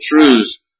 truths